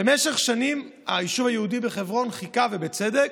במשך שנים היישוב היהודי בחברון חיכה, בצדק,